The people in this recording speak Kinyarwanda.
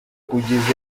ugize